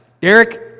Derek